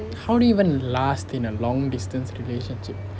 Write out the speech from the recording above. how do you even last in a long distance relationship